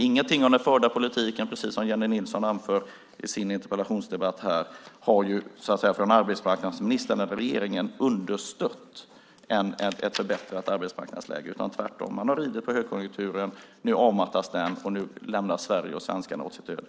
Ingenting av den från arbetsmarknadsministern och regeringen förda politiken har, precis som Jennie Nilsson anför i sitt inlägg, understött ett förbättrat arbetsmarknadsläge. Tvärtom har man ridit på högkonjunkturen. Nu avmattas den, och nu lämnas Sverige och svenskarna åt sitt öde.